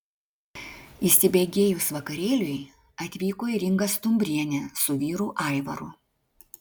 įsibėgėjus vakarėliui atvyko ir inga stumbrienė su vyru aivaru